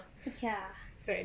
ya